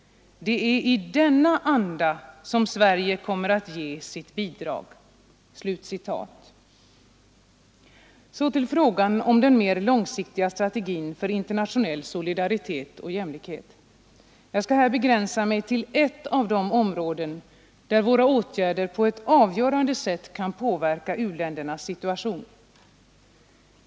Det är i denna anda som Sverige kommer att ge sitt bidrag.” Så till frågan om den mer långsiktiga strategin för internationell solidaritet och jämlikhet. Jag skall här begränsa mig till ert av de områden där våra åtgärder på ett avgörande sätt kan påverka u-ländernas situation.